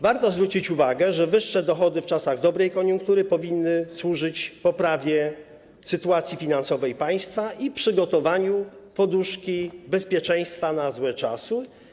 Warto zwrócić uwagę, że wyższe dochody w czasach dobrej koniunktury powinny służyć poprawie sytuacji finansowej państwa i przygotowaniu poduszki bezpieczeństwa na złe czasy.